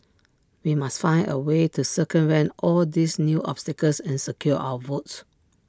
we must find A way to circumvent all these new obstacles and secure our votes